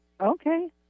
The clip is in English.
okay